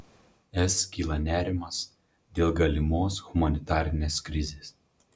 es kyla nerimas dėl galimos humanitarinės krizės